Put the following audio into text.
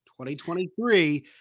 2023